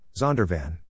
Zondervan